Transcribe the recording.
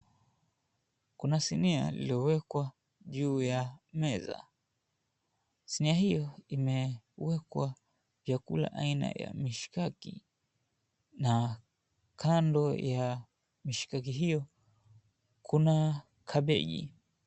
Kuna sinia lililowekwa juu ya meza, sinia hiyo imeekwa chakula aina ya mishikaki na kando ya mishikaki hiyo kuna kabeji.